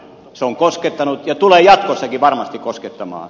se on koskettanut ja tulee jatkossakin varmasti koskettamaan